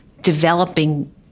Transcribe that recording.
developing